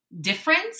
difference